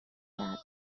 کرد